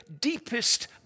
deepest